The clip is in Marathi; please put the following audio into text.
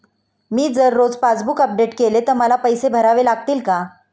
मी जर रोज पासबूक अपडेट केले तर मला पैसे भरावे लागतील का?